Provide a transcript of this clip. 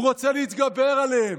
הוא רוצה להתגבר עליהם.